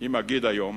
אם אגיד היום